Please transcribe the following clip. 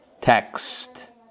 text